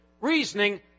reasoning